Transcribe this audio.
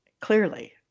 clearly